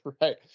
Right